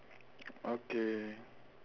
okay